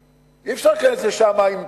אי-אפשר להיכנס לשם עם משאית,